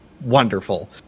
wonderful